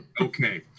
Okay